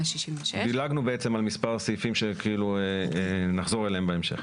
דילגנו בעצם על מספר סעיפים שנחזור אליהם בהמשך.